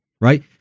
right